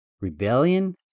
Rebellion